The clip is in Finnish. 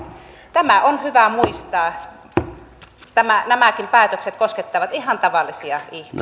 tämä on hyvä muistaa nämäkin päätökset koskettavat ihan tavallisia